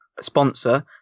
sponsor